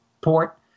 port